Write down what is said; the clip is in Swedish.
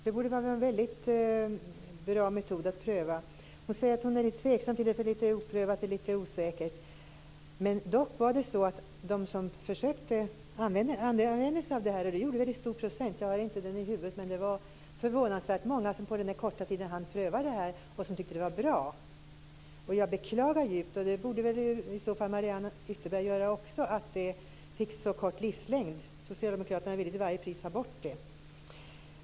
Det borde vara en väldigt bra metod att pröva. Mariann Ytterberg säger att hon är väldigt tveksam därför att det är oprövat och osäkert. Men dock var det ett stor andel av familjerna som använde sig av det här - jag har inte procentsatsen i huvudet. Det var förvånansvärt många som på den korta tiden hann pröva det och som tyckte att det var bra. Jag beklagar djupt, och det borde i så fall Mariann Ytterberg också göra, att det fick en så kort livslängd. Socialdemokraterna ville till varje pris ta bort det.